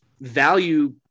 value